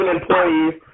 employees